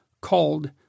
called